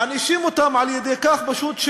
מענישים אותם על-ידי כך, פשוט,